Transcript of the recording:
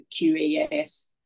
QAS